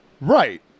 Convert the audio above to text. Right